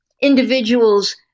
individuals